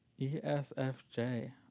ESFJ